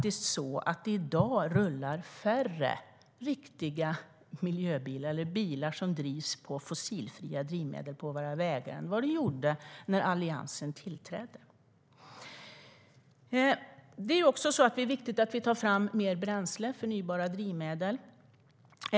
I dag rullar det faktiskt färre bilar som drivs med fossilfria drivmedel på våra vägar än vad det gjorde när Alliansen tillträdde. Det är viktigt att vi tar fram mer förnybara drivmedel.